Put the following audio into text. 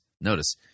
Notice